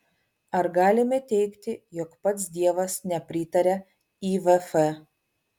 ar galime teigti jog pats dievas nepritaria ivf